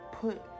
put